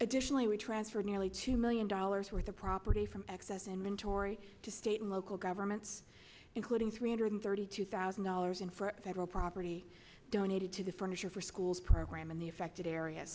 additionally we transfer nearly two million dollars worth of property from excess inventory to state and local governments including three hundred thirty two thousand dollars in for federal property donated to the furniture for schools program in the affected area